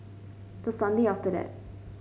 the Sunday after that